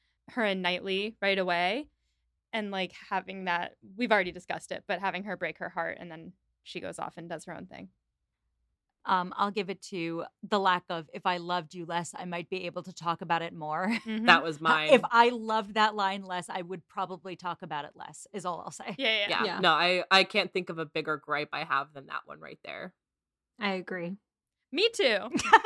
her and Knightley right away, and, like, having that- we've already discussed it, but having her break her heart and then she goes off and does her own thing. Um, I'll give it to the lack of, "If I loved you less, I might be able to talk about it more." Mhm. That was mine. "If I loved that line less, I would probably talk about it less," is all I'll say. Yeah, yeah. Yeah. Yeah. No, I- I can't think of a bigger gripe I have than that one right there. I agree. Me too.